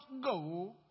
go